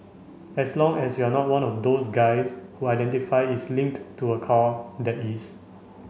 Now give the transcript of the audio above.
as long as you're not one of those guys who identify is linked to a car that is